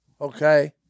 okay